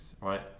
right